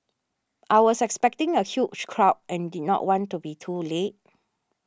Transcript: I was expecting a huge crowd and did not want to be too late